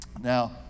Now